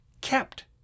kept